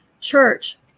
church